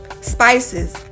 Spices